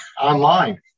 online